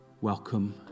Welcome